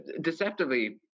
Deceptively